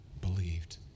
believed